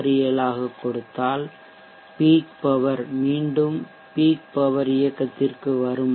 67 ஆகக் கொடுத்தால் peak power மீண்டும் பீக் பவர் இயக்கத்திற்கு வருமா